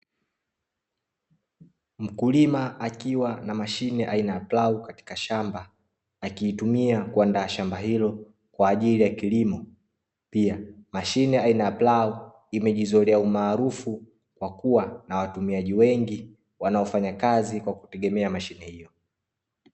Mkulima akiwa na mashine aina ya plau katika shamba na akiitumia kuandaa shamba hilo kwa ajili ya kilimo pia mashine aina ya plau imejizolea umaarufu kwa kuwa na watumiaji wengi wanaofanya kazi kwa kutegemea mashine hiyo.